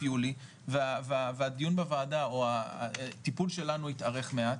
יולי והדיון בוועדה או הטיפול שלנו התארך מעט.